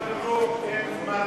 יש מצב חירום, אין זמן להקשיב.